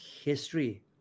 history